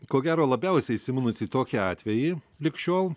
ko gero labiausiai įsiminusį tokį atvejį lig šiol